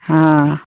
ہاں